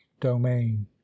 domain